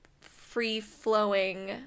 free-flowing